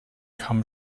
kamm